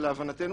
ולהבנתנו,